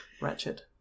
wretched